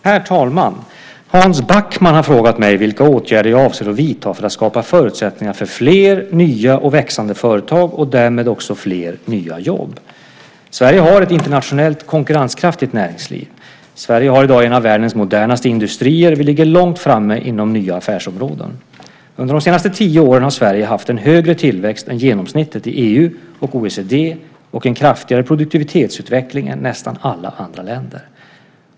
Herr talman! Hans Backman har frågat mig vilka åtgärder jag avser att vidta för att skapa förutsättningar för fler nya och växande företag och därmed också fler nya jobb. Sverige har ett internationellt konkurrenskraftigt näringsliv. Sverige har i dag en av världens modernaste industrier, och vi ligger långt fram inom nya affärsområden. Under de senaste tio åren har Sverige haft en högre tillväxt än genomsnittet i EU och OECD och en kraftigare produktivitetsutveckling än nästan alla andra länder.